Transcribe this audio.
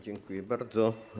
Dziękuję bardzo.